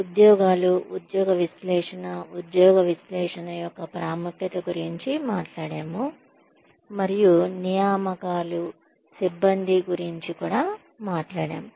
ఉద్యోగాలు ఉద్యోగ విశ్లేషణ ఉద్యోగ విశ్లేషణ యొక్క ప్రాముఖ్యత గురించి మాట్లాడాము మరియు నియామకాలు మరియు సిబ్బంది గురించి కూడా మాట్లాడాం